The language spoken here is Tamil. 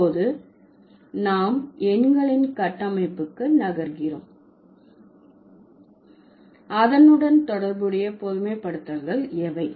இப்போது நாம் எண்களின் கட்டமைப்புக்கு நகர்கிறோம் அதனுடன் தொடர்புடைய பொதுமைப்படுத்தல்கள் எவை